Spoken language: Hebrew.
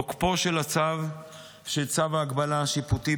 תוקפו של צו ההגבלה השיפוטי,